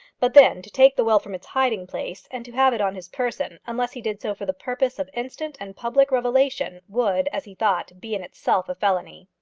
but then, to take the will from its hiding-place and to have it on his person, unless he did so for the purpose of instant and public revelation, would, as he thought, be in itself a felony.